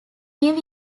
new